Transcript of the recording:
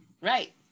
right